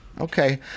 Okay